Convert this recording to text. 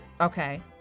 Okay